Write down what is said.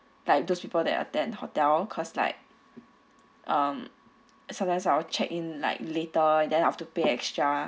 like those people that attend hotel cause like um sometimes I will check in like later and then I have to pay extra